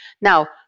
Now